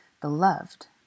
beloved